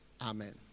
Amen